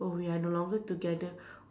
oh we are no longer together